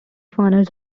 funnels